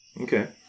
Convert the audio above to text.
Okay